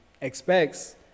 expects